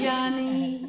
Johnny